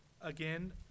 again